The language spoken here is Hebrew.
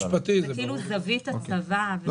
זה זווית הצבת המצלמות.